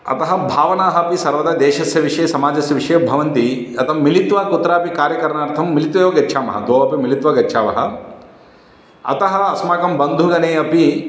अतः भावनाः अपि सर्वदा देशस्य विषये समाजस्य विषये भवन्ति मिलित्वा कुत्रापि कार्यकरणार्थं मिलित्वा एव गच्छामः द्वौ अपि मिलित्वा गच्छावः अतः अस्माकं बन्धुगणे अपि